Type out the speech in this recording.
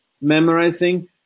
memorizing